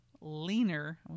leaner